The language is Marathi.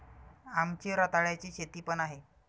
आमची रताळ्याची शेती पण आहे